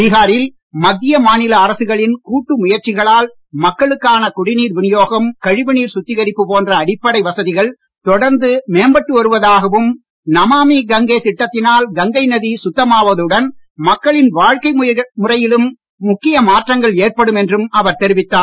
பீகாரில் மத்திய மாநில அரசுகளின் கூட்டு முயற்சிகளால் மக்களுக்கான குடிநீர் விநியோகம் கழிவுநீர் சுத்திகரிப்பு போன்ற அடிப்படை வசதிகள் தொடர்ந்து மேம்பட்டு வருவதாகவும் நமாமி கங்கே திட்டத்தினால் கங்கை நதி சுத்தமாவதுடன் மக்களின் வாழ்க்கை முறையிலும் முக்கிய மாற்றங்கள் ஏற்படும் என்றும் அவர் தெரிவித்தார்